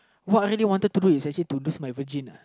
what I really wanted to do is actually to lose my virgin uh